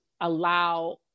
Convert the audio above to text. allow